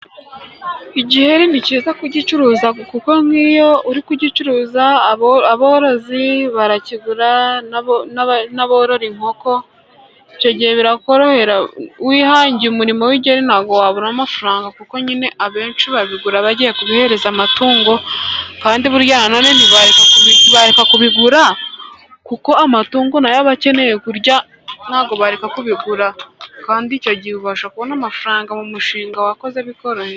Igiheri ni cyiza kugicuruza, kuko nk'iyo uri kugicuruza aborozi barakigura, n'aborora inkoko. Icyo gihe birakorohera wihangiye umurimo w'igiheri, nta bwo wabura amafaranga kuko nyine abenshi babigura bagiye guhereza amatungo, kandi burya na none ntibareka kubigura kuko amatungo na yo akeneye kurya. Nta bwo bareka kubigura, kandi icyo gihe ubasha kubona amafaranga mu mushinga wakoze bikoroheye.